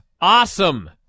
awesome